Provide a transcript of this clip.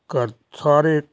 ਕਰ ਸਾਰੇ